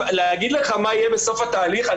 להגיד לך מה יהיה בסוף התהליך,